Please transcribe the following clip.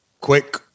quick